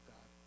God